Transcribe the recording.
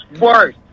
worse